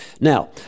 now